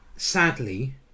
Sadly